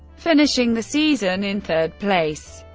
finishing the season in third place.